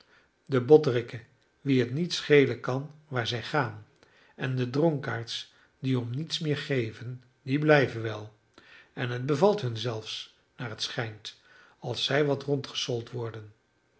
de botteriken wien het niet schelen kan waar zij gaan en de dronkaards die om niets meer geven die blijven wel en het bevalt hun zelfs naar het schijnt als zij wat rondgesold worden